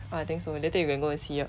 uh think so later you can go to see lah